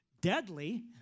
Deadly